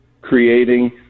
creating